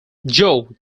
joe